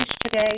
today